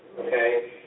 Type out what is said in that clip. Okay